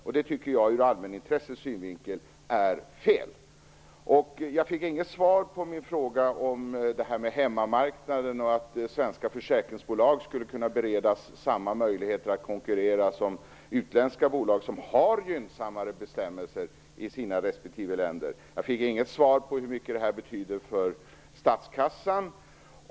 Jag tycker att det ur allmänintressets synvinkel är fel. Jag fick inte något svar på min fråga om hemmamarknaden, dvs. om svenska försäkringsbolag skulle kunna beredas samma möjligheter att konkurrera som utländska bolag med gynnsammare bestämmelser i sina respektive länder. Jag fick heller inget svar på hur mycket det här betyder för statskassan.